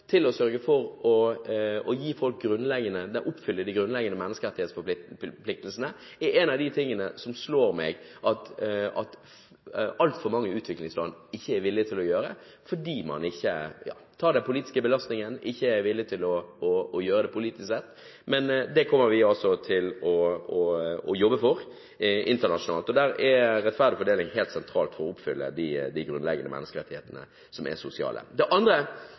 til å oppfylle de grunnleggende menneskerettighetsforpliktelsene. En av de tingene som slår meg, er at altfor mange utviklingsland ikke er villig til å gjøre det, fordi man ikke er villig til å ta den politiske belastningen. Men det kommer vi til å jobbe for internasjonalt. En rettferdig fordeling er helt sentral for å oppfylle de grunnleggende menneskerettighetene – som også er sosiale. Det andre